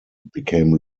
became